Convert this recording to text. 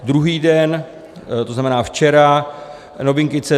. Druhý den, to znamená včera, novinky.cz: